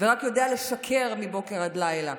ורק יודע לשקר מבוקר עד לילה